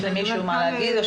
יש למישהו מה להגיד?